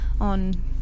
on